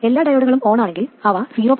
എല്ലാ ഡയോഡുകളും ഓണാണെങ്കിൽ അവ 0